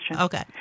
Okay